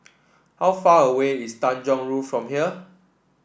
how far away is Tanjong Rhu from here